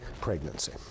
pregnancy